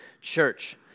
church